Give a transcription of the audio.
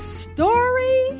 story